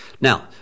Now